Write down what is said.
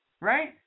right